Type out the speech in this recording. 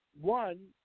one